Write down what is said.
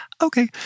okay